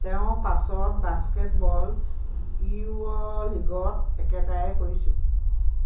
তেওঁ পাছত basketball Euro লীগত একেটাই কৰিছিল